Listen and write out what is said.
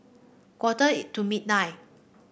quarter it to midnight